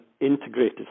integrated